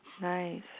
nice